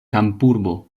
kampurbo